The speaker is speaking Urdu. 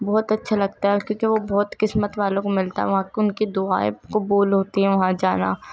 بہت اچھا لگتا ہے کیونکہ وہ بہت قسمت والوں کو ملتا ہے وہاں کا ان کی دعائیں قبول ہوتی ہیں وہاں جانا